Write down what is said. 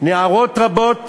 שנערות רבות